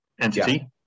entity